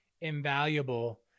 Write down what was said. invaluable